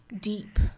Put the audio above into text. deep